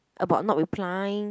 about not replying